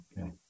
Okay